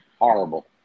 Horrible